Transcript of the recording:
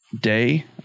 day